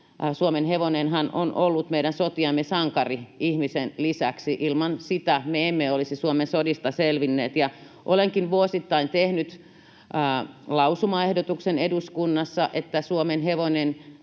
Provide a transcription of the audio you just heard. Suomenhevonenhan on ollut meidän sotiemme sankari ihmisen lisäksi. Ilman sitä me emme olisi Suomen sodista selvinneet. Ja olenkin vuosittain tehnyt lausumaehdotuksen eduskunnassa, että suomenhevonen